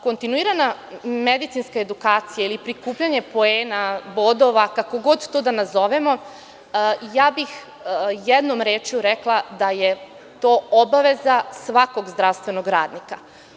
Kontinuirana medicinska edukacija ili prikupljanje poena, bodova, kako god to da nazovemo, ja bih jednom rečju rekla da je to obaveza svakog zdravstvenog radnika.